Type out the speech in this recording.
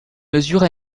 mesure